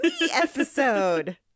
episode